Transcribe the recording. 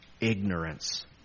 ignorance